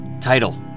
Title